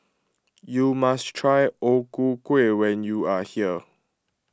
you must try O Ku Kueh when you are here